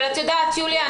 יוליה,